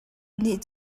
nih